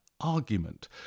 argument